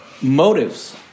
motives